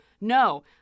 No